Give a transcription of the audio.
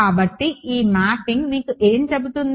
కాబట్టి ఈ మ్యాపింగ్ మీకు ఏమి చెబుతుంది